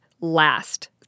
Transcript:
last